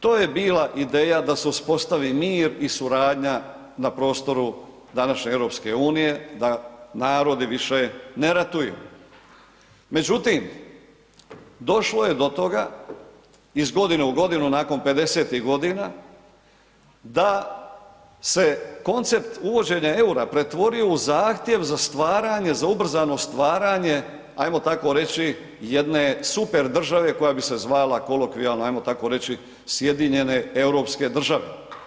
To je bila ideja da se uspostavi mir i suradnja na prostoru današnje EU-a, da narodi više ne ratuju međutim došlo je do toga iz godine u godinu nakon 50-ih godina da se koncept uvođenja eura pretvori u zahtjev za stvaranje, za ubrzano stvaranje ajmo tako reći, jedne super države koja bi se zvala kolokvijalno ajmo tako reći, Sjedinjene europske države.